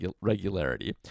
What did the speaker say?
regularity